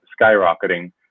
skyrocketing